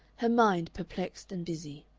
her mind perplexed and busy.